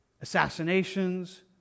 assassinations